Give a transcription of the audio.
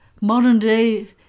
modern-day